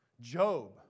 Job